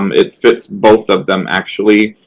um it fits both of them, actually,